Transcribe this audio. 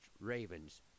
Ravens